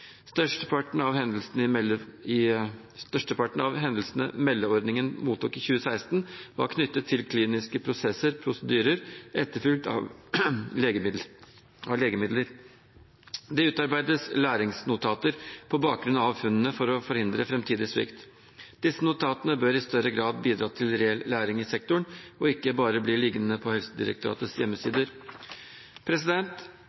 Størsteparten av hendelsene meldeordningen mottok i 2016, var knyttet til kliniske prosesser/prosedyrer, etterfulgt av legemidler. Det utarbeides læringsnotater på bakgrunn av funnene for å forhindre framtidig svikt. Disse notatene bør i større grad bidra til reell læring i sektoren og ikke bare bli liggende på Helsedirektoratets